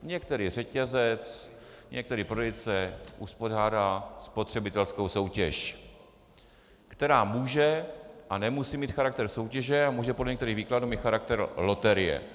Některý řetězec, některý prodejce uspořádá spotřebitelskou soutěž, která může a nemusí mít charakter soutěže a může podle některých výkladů mít charakter loterie.